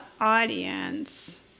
audience